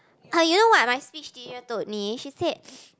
ah you know what my speech teacher told me she said